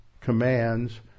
commands